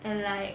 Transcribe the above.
and like